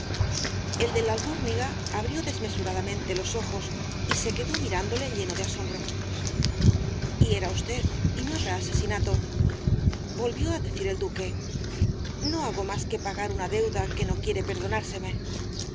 el de la albuérniga abrió desmesuradamente los ojos y se quedó mirándole lleno de asombro hiera usted y no habrá asesinato volvió á decir el duque no hago más que pagar una deuda que no quiere perdonárseme